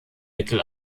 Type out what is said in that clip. mittel